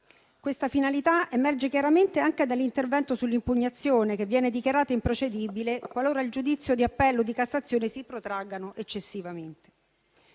questa finalità emerge chiaramente anche dall'intervento sull'impugnazione che viene dichiarata improcedibile qualora il giudizio di appello o di cassazione si protraggano eccessivamente.